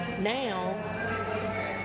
now